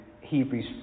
Hebrews